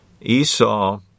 Esau